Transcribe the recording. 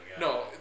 No